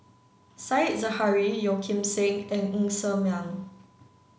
said Zahari Yeo Kim Seng and Ng Ser Miang